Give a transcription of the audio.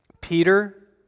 Peter